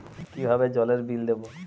কিভাবে জলের বিল দেবো?